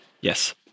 Yes